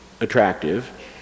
attractive